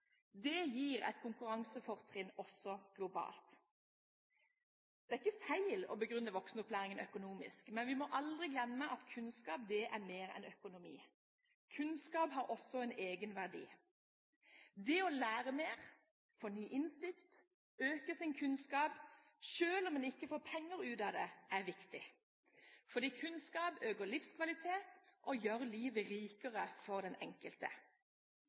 Det gir et konkurransefortrinn også globalt. Det er ikke feil å begrunne voksenopplæringen økonomisk, men vi må aldri glemme at kunnskap er mer enn økonomi. Kunnskap har også egenverdi. Det å lære mer, få ny innsikt, øke sin kunnskap, selv om en ikke får penger ut av det, er viktig, fordi kunnskap øker livskvaliteten og gjør livet rikere for den enkelte.